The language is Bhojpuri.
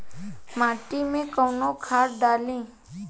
माटी में कोउन खाद डाली?